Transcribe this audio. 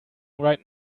right